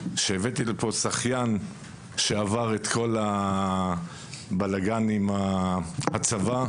הבאתי לפה שחיין שעבר את כל הבלגאן עם הצבא,